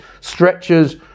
stretchers